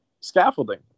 scaffolding